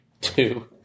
two